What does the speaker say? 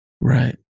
right